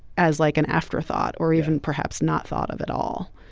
as like an afterthought or even perhaps not thought of at all.